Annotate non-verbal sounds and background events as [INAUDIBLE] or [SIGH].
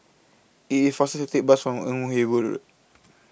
IT IS faster to Take The Bus on Ewe Boon Road [NOISE]